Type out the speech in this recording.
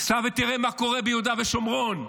סע וראה מה קורה ביהודה ושומרון,